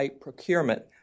Procurement